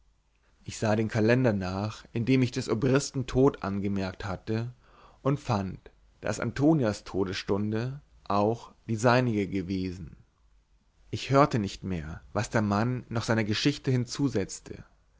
ich sah den kalender nach in dem ich des obristen tod angemerkt hatte und fand daß antonias todesstunde auch die seinige gewesen ich hörte nicht mehr was der mann noch seiner geschichte hinzusetzte